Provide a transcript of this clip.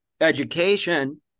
education